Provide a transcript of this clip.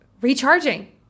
recharging